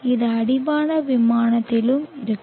இது அடிவான விமானத்திலும் இருக்கும்